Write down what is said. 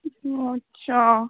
ਅੱਛਾ